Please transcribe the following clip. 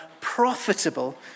profitable